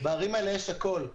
בערים האלה יש הכול.